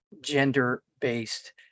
gender-based